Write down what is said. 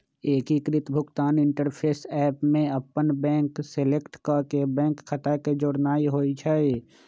एकीकृत भुगतान interface app में अप्पन बैंक सेलेक्ट क के बैंक खता के जोड़नाइ होइ छइ